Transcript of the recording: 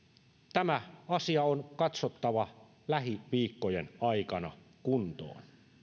tämä asia on katsottava lähiviikkojen aikana kuntoon